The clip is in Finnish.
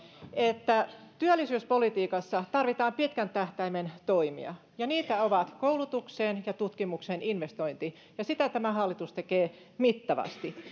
että työllisyyspolitiikassa tarvitaan pitkän tähtäimen toimia ja niitä ovat koulutukseen ja tutkimukseen investointi ja sitä tämä hallitus tekee mittavasti